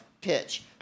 pitch